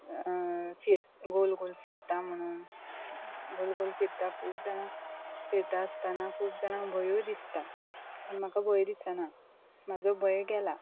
गोल गोल फिरता म्हण गोलगोल फिरता खूब जाणांक फिरता आसतना खूब जाणांक भंयूय दिसता पण म्हाका भंय दिसना म्हाजो भंय गेला